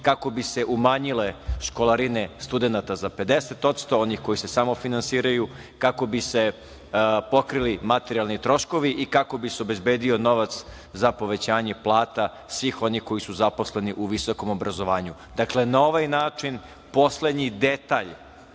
kako bi se umanjile školarine studenata za 50%, onih koji se samofinansiraju, kako bi se pokrili materijalni troškovi i kako bi se obezbedio novac za povećanje plata svih onih koji su zaposleni u visokom obrazovanju. Dakle, na ovaj način poslednji detalj